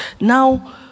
Now